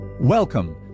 Welcome